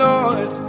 Lord